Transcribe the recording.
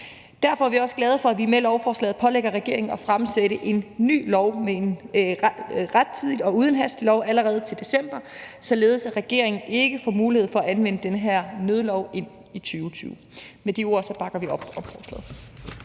Derfor er vi også glade for, at vi med lovforslaget pålægger regeringen at fremsætte et nyt lovforslag rettidigt og uden hastebehandling allerede til december, således at regeringen ikke får mulighed for at anvende den her nødlov ind i 2022. Med de ord bakker vi op om forslaget.